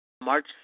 March